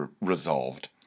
resolved